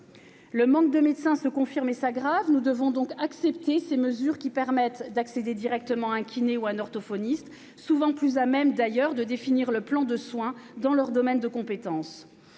Le manque de médecins se confirme et s'aggrave. Nous devons donc accepter ces mesures qui permettent d'accéder directement à un kinésithérapeute ou à un orthophoniste, lesquels sont souvent plus à même de définir le plan de soins dans leur domaine de compétences